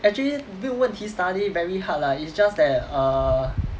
actually 没有问题 study very hard lah it's just there err